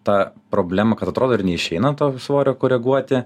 tą problemą kad atrodo ir neišeina to svorio koreguoti